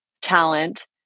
talent